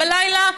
בלילה,